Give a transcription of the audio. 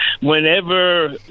whenever